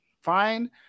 fine